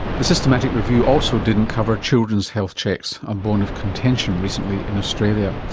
the systematic review also didn't cover children's health checks, a bone of contention recently in australia.